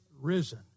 risen